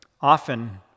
often